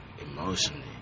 emotionally